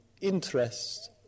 interests